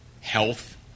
health